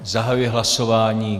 Zahajuji hlasování.